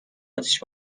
اتیش